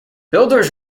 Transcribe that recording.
builders